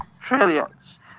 trillions